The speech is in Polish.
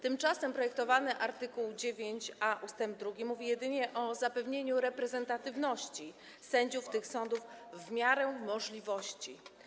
Tymczasem projektowany art. 9a ust. 2 mówi jedynie o zapewnieniu reprezentatywności sędziów tych sądów w miarę możliwości.